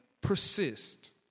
persist